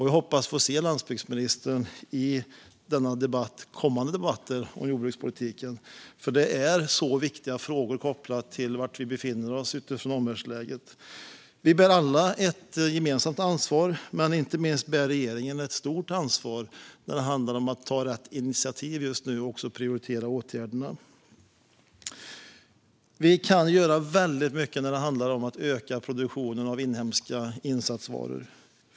Vi hoppas få se honom i kommande debatter om jordbrukspolitiken, för det är viktiga frågor kopplade till var vi befinner oss utifrån omvärldsläget. Vi bär alla ett gemensamt ansvar, men inte minst bär regeringen ett stort ansvar när det handlar om att ta rätt initiativ nu och prioritera åtgärderna. Vi kan göra väldigt mycket när det handlar om att öka produktionen av inhemska insatsvaror.